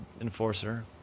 enforcer